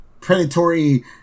predatory